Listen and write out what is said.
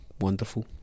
wonderful